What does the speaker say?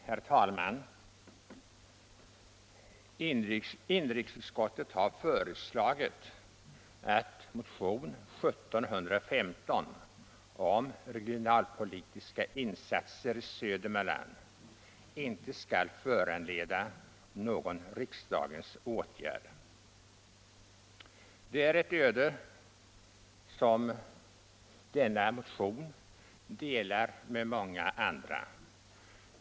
Herr talman! Inrikesutskottet har föreslagit att motion 1715 om regionalpolitiska insatser i Södermanland inte skall föranleda någon riksdagens åtgärd. Det är ett öde som denna motion delar med många andra.